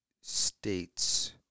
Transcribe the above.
states